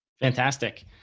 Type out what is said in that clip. Fantastic